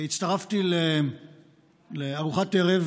הצטרפתי לארוחת ערב